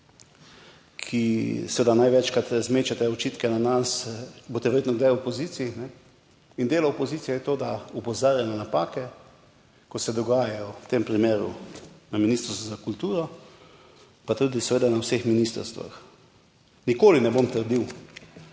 ki seveda največkrat zmečete očitke na nas. Boste verjetno kdaj v opoziciji, in delo opozicije je to, da opozarja na napake, ki se dogajajo v tem primeru na Ministrstvu za kulturo, pa tudi seveda na vseh ministrstvih. Nikoli ne bom trdil,